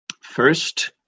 First